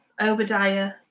Obadiah